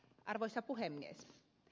arvoisa puhemies